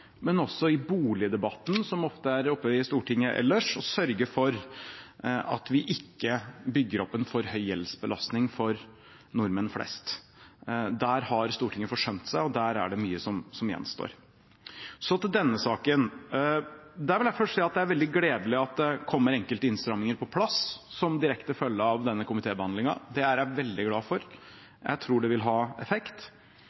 men også når det gjelder boligdebatten – som ofte er oppe i Stortinget ellers – å sørge for at vi ikke bygger opp en for høy gjeldsbelastning for nordmenn flest. Der har Stortinget forsømt seg, og der er det mye som gjenstår. Så til denne saken: Først vil jeg si at det er veldig gledelig at det kommer enkelte innstramminger på plass som en direkte følge av denne komitébehandlingen. Det er jeg veldig glad